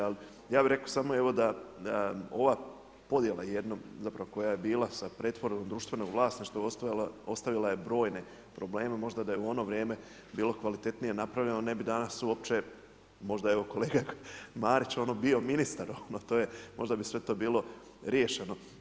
Ali ja bih rekao samo evo da ova podjela zapravo koja je bila sa pretvorbom društvenog vlasništva ostavila je brojne probleme, možda da je u ono vrijeme bilo kvalitetnije napravljeno ne bi danas uopće, možda da je evo kolega Marić bio ministar to je, možda bi sve to bilo riješeno.